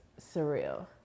surreal